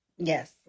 Yes